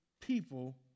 people